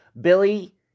Billy